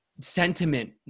sentiment